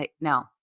No